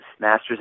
Master's